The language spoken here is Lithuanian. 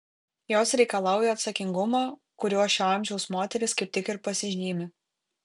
jos reikalauja atsakingumo kuriuo šio amžiaus moterys kaip tik ir pasižymi